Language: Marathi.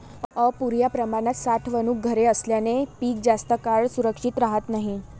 अपुर्या प्रमाणात साठवणूक घरे असल्याने पीक जास्त काळ सुरक्षित राहत नाही